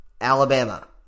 Alabama